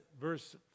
verse